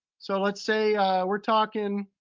so let's say we're talking,